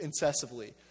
incessively